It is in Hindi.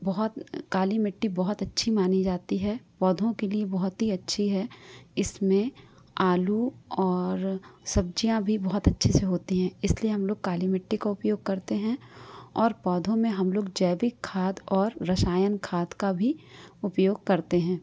बहुत काली मिट्टी बहुत अच्छी मानी जाती है पौधों के लिए बहुत ही अच्छी है इसमें आलू और सब्ज़ियाँ भी बहुत अच्छे से होती हैं इसलिए हम लोग काली मिट्टी का उपयोग करते हैं और पौधों में हम लोग जैविक खाद और रसायन खाद का भी उपयोग करते हैं